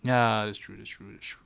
ya that's true that's true